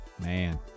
man